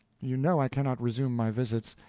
you know i cannot resume my visits,